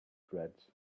dreads